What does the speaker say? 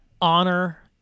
honor